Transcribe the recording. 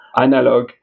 analog